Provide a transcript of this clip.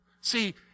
See